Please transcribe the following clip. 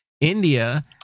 India